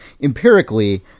empirically